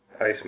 ice